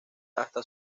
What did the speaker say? hasta